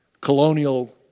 Colonial